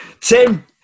Tim